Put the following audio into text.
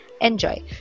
enjoy